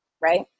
Right